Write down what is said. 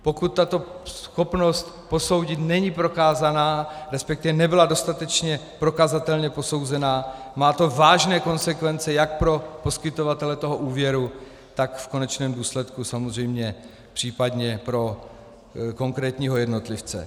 Pokud tato schopnost posoudit není prokázaná, resp. nebyla dostatečně prokazatelně posouzená, má to vážné konsekvence jak pro poskytovatele úvěru, tak v konečném důsledku samozřejmě případně pro konkrétního jednotlivce.